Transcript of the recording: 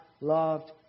loved